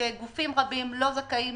כאשר גופים רבים לא זכאים